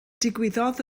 digwyddodd